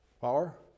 power